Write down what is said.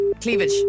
cleavage